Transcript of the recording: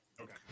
okay